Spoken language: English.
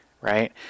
right